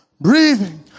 breathing